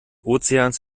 ozeans